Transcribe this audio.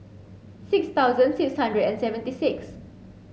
six thousand six hundred and seventy six